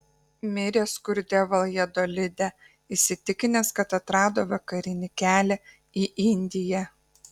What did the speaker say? mirė skurde valjadolide įsitikinęs kad atrado vakarinį kelią į indiją